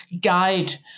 guide